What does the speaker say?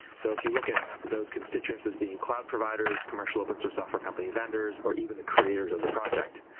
so if you look at those constituents as being cloud providers, commercial open source offer company vendors or even the creators of the project,